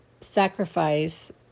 sacrifice